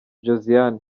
josiane